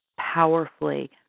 powerfully